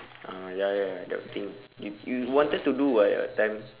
ah ya ya ya that thing you you wanted to do [what] that time